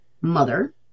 mother